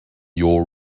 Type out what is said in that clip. your